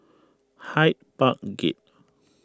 Hyde Park Gate